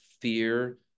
fear